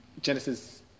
Genesis